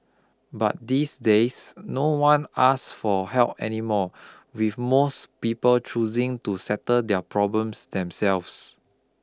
but these days no one asks for help anymore with most people choosing to settle their problems themselves